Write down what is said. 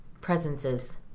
Presences